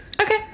Okay